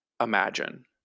imagine